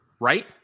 right